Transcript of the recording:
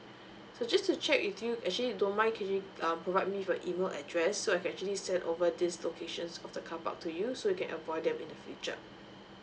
so just to check with you actually don't mind can you um provide me with your email address so I can actually send over these locations of the carpark to you so you can avoid them in the future